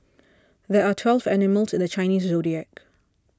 there are twelve animals in the Chinese zodiac